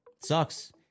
Sucks